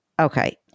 Okay